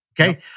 Okay